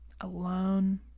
alone